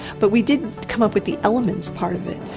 but we did come up with the elements part of it,